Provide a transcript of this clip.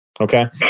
Okay